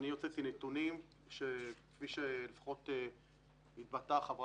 אבל שנשאלתי על-ידי חבר הכנסת